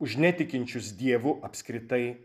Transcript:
už netikinčius dievu apskritai